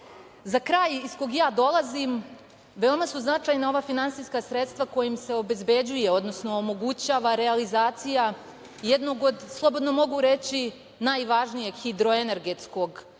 kraj iz kog ja dolazim veoma su značajna ova finansijska sredstva kojima se obezbeđuje, odnosno omogućava realizacija jednog od, slobodno mogu reći, jednog od najvažnijeg hidroenergetskog projekta,